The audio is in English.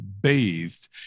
bathed